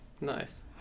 Nice